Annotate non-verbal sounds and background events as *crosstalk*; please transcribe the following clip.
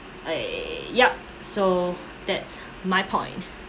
*noise* yup so that's my point *breath*